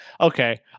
Okay